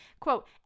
quote